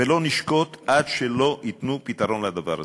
ולא נשקוט עד שלא ייתנו פתרון לדבר הזה.